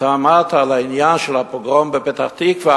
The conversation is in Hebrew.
אתה אמרת על העניין של הפוגרום בפתח-תקווה,